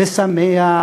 ושמח,